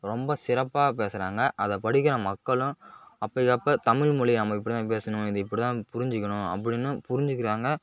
ரொம்ப சிறப்பாக பேசுறாங்க அதை படிக்கற மக்களும் அப்போக்கியப்ப தமிழ்மொழியை நம்ம இப்படிதான் பேசணும் இதை இப்படிதான் புரிஞ்சிக்கணும் அப்படினும் புரிஞ்சுக்கிறாங்க